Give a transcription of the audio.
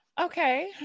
Okay